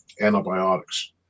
antibiotics